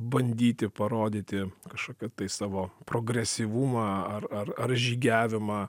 bandyti parodyti kažkokį savo progresyvumą ar ar ar žygiavimą